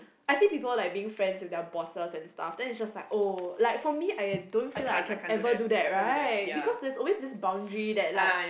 I see people like being friends with their bosses and stuff then is just like oh like for me I don't feel like I can ever do that right because there is always this boundary that like